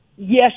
Yes